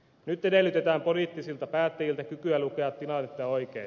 nyt edellytetään poliittisilta päättäjiltä kykyä lukea tilannetta oikein